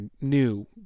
new